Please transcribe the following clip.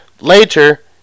later